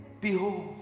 Behold